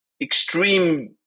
extreme